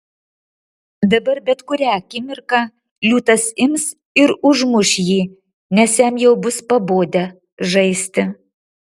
dabar bet kurią akimirką liūtas ims ir užmuš jį nes jam jau bus pabodę žaisti